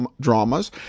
dramas